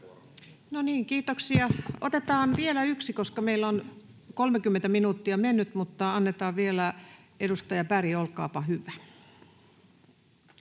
No niin, kiitoksia. — Otetaan vielä yksi. Meillä on 30 minuuttia mennyt, mutta annetaan vuoro vielä edustaja Bergille. — Olkaapa hyvä.